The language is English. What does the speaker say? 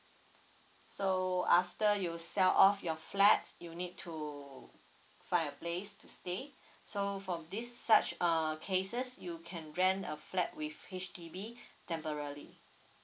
so after you sell off your flat you need to find a place to stay so from this such err cases you can rent a flat with H_D_B temporally